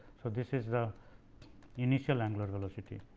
so, this is the initial angular velocity.